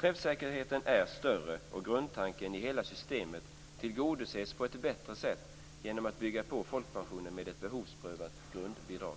Träffsäkerheten är större och grundtanken i hela systemet tillgodoses på ett bättre sätt genom att bygga på folkpensionen med ett behovsprövat grundbidrag.